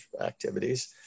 activities